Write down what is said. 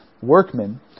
workmen